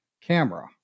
camera